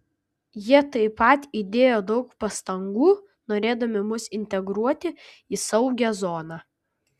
jie taip pat įdėjo daug pastangų norėdami mus integruoti į saugią zoną